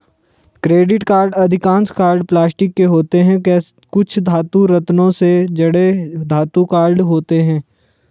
credit card अधिकांश card plastic के होते हैं, कुछ धातु, रत्नों से जड़े धातु कार्ड होते हैं